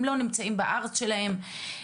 הם לא נמצאים בארץ שלהם,